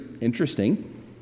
interesting